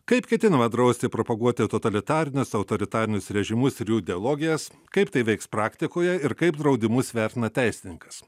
kaip ketinama drausti propaguoti totalitarinius autoritarinius režimus ir jų ideologijas kaip tai veiks praktikoje ir kaip draudimus vertina teisininkas